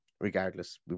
regardless